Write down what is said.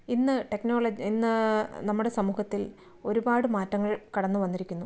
ഇന്ന് ടെക്നോള ഇന്ന് നമ്മുടെ സമൂഹത്തിൽ ഒരുപാട് മാറ്റങ്ങൾ കടന്ന് വന്നിരിക്കുന്നു